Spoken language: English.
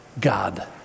God